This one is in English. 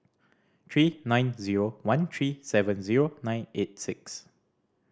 three nine zero one three seven zero nine eight six